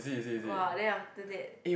!wah! then after that